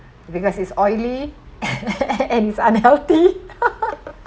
because it's oily and it's unhealthy